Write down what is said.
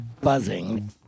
buzzing